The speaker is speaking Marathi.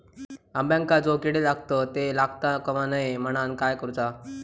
अंब्यांका जो किडे लागतत ते लागता कमा नये म्हनाण काय करूचा?